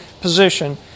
position